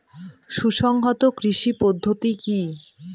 সুসংহত কৃষি পদ্ধতি কি?